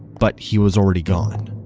but he was already gone.